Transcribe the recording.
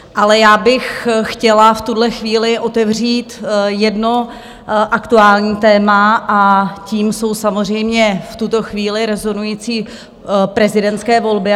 Ale já bych chtěla v tuhle chvíli otevřít jedno aktuální téma a tím jsou samozřejmě v tuto chvíli rozhodující prezidentské volby.